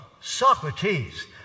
Socrates